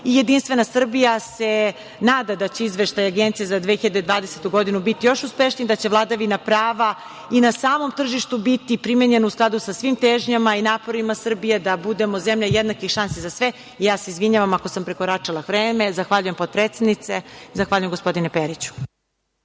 program. Jedinstvena Srbija se nada da će izveštaj Agencije za 2020. godinu biti još uspešniji, da će vladavina prava i na samom tržištu biti primenjena u skladu sa svim težnjama i naporima Srbije, da budemo zemlja jednakih šansi za sve. Izvinjavam se ako sam prekoračila vreme. Zahvaljujem, potpredsednice. Zahvaljujem, gospodine Periću.